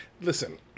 listen